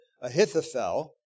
Ahithophel